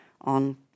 on